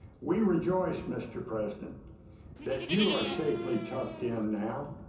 we rejoice mr. president that you are safely tucked in now